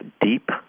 deep